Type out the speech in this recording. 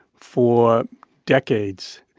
for decades.